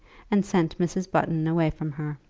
and sent mrs. button away from her.